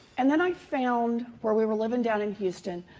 and then i found where we were living down in houston,